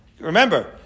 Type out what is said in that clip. remember